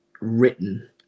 written